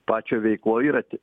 pačio veikoj yra ti